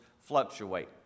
fluctuate